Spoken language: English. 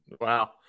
Wow